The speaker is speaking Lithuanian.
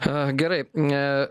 na gerai ne